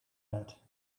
that